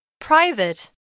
Private